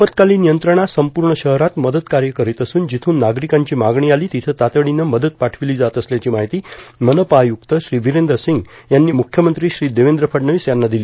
आपतकालीन यंत्रणा संपूर्ण शहरात मदत कार्य करीत असून जिथून नागरिकांची मागणी आली तिथं तातडीनं मदत पाठविली जात असल्याची माहिती मनपा आय्रक्त श्री वीरेंद्र सिंग यांनी मुख्यमंत्री श्री देवेंद्र फडणवीस यांना दिली